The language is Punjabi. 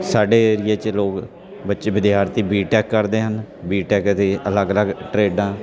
ਸਾਡੇ ਏਰੀਏ 'ਚ ਲੋਕ ਬੱਚੇ ਵਿਦਿਆਰਥੀ ਬੀ ਟੈਕ ਕਰਦੇ ਹਨ ਬੀ ਟੈਕ ਦੇ ਅਲੱਗ ਅਲੱਗ ਟਰੇਡਾਂ